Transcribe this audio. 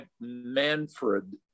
Manfred